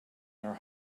your